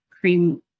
cream